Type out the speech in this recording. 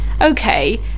okay